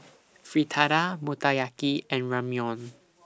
Fritada Motoyaki and Ramyeon